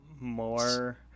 more